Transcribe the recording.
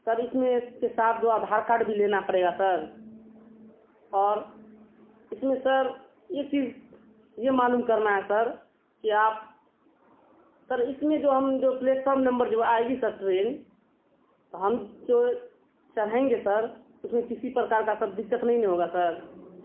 سر اس میں اس کے ساتھ جو آدھار کارڈ بھی لینا پڑے گا سر اور اس میں سر یہ چیز یہ معلوم کرنا ہے سر کہ آپ سر اس میں جو ہم جو پلیٹفارم نمبر جو آئے گی سر ٹرین تو ہم جو چڑھیں گے سر اس میں کسی پرکار کا سر دقت نہیں نہیں ہوگا سر